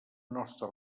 nostra